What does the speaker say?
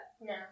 No